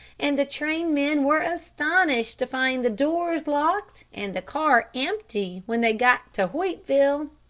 and the trainmen were astonished to find the doors locked and the car empty, when they got to hoytville.